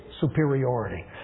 superiority